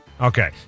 Okay